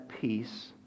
peace